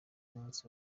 munsi